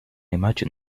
imagine